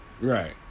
Right